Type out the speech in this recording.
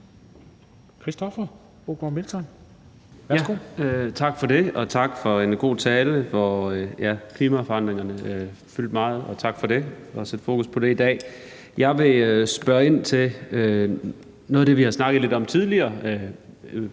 Christoffer Aagaard Melson (V): Tak, og tak for en god tale, hvor klimaforandringerne fyldte meget, og tak for at sætte fokus på det i dag. Jeg vil spørge ind til noget af det, vi har snakket lidt om tidligere,